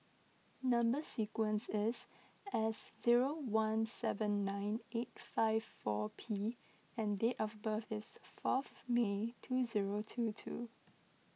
Number Sequence is S zero one seven nine eight five four P and date of birth is fourth May two zero two two